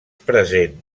present